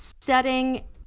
setting